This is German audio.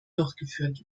durchgeführt